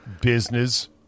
business